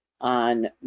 on